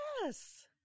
Yes